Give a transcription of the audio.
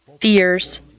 fears